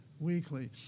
Weekly